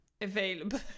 available